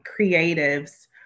creatives